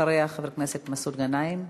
אחריה, חבר הכנסת מסעוד גנאים.